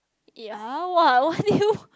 ya what what do you